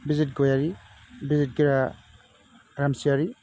बिजित गयारि बिजित गोरा रामसियारि